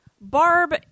Barb